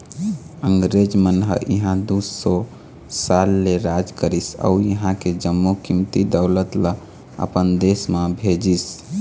अंगरेज मन ह इहां दू सौ साल ले राज करिस अउ इहां के जम्मो कीमती दउलत ल अपन देश म भेजिस